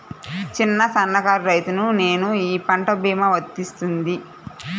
చిన్న సన్న కారు రైతును నేను ఈ పంట భీమా వర్తిస్తుంది?